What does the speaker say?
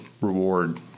reward